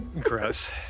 Gross